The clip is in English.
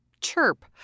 chirp